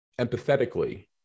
empathetically